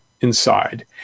inside